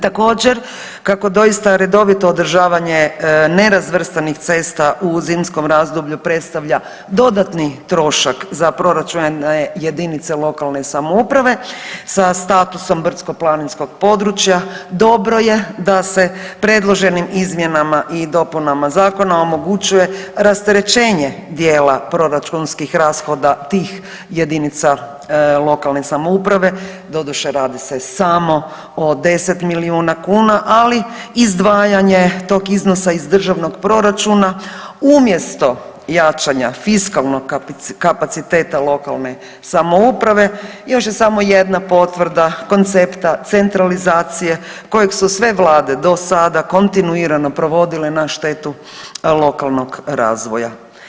Također, kako doista redovito održavanje nerazvrstanih cesta u zimskom razdoblju predstavlja dodatni trošak za proračun jedinica lokalne samouprave, sa statusom brdsko-planinskog područja dobro je da se predloženim izmjenama i dopunama Zakona omogućuje rasterećenje dijela proračunskih rashoda tih jedinica lokalne samouprave, doduše, radi se samo o 10 milijuna kuna, ali izdvajanje tog iznosa iz državnog proračuna umjesto jačanje fiskalnog kapaciteta lokalne samouprave, još je samo jedna potvrda koncepta centralizacije koje su sve vlade do sada kontinuirano provodile na štetu lokalnog razvoja.